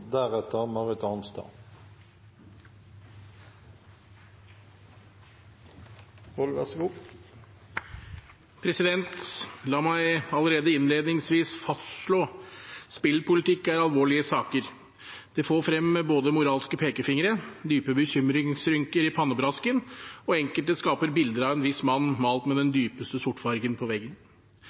alvorlige saker. Det får frem både moralske pekefingre og dype bekymringsrynker i pannebrasken, og enkelte skaper bilder av en viss mann – malt i den dypeste sortfargen – på veggen.